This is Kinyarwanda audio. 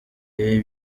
ibi